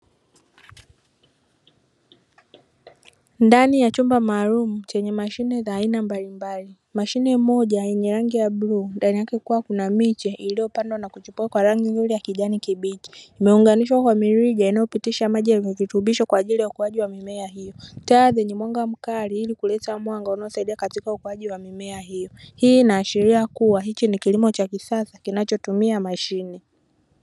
Ndani ya chumba maalumu chenye mashine za aina mbalimbali, mashine moja yenye rangi ya bluu ndani yake kukiwa kuna miche iliyokua na kuchipua kwa rangi nzuri ya kijani kibichi, imeunganishwa kwa mirija inayopitisha maji yenye virutubisho kwa ajili ya ukuaji wa mimea hiyo, taa zenye mwanga mkali ili kuleta mwanga unaosaidia katika ukuaji wa mimea hiyo. Hii inaashiria kuwa hiki ni kilimo cha kisasa kinachotumia mashine.